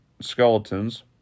skeletons